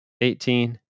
Eighteen